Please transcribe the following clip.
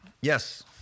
Yes